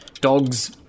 Dogs